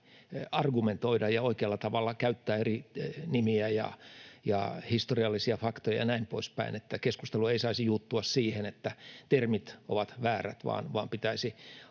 argumentoida ja oikealla tavalla käyttää eri nimiä ja historiallisia faktoja ja näin poispäin. Keskustelu ei saisi juuttua siihen, että termit ovat väärät, vaan pitäisi